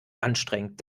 anstrengend